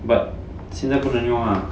but 现在不能用 lah